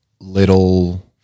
Little